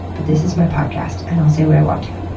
but this is my podcast and i'll say what i want to.